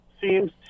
seems